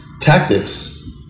tactics